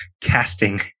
casting